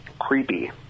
creepy